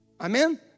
Amen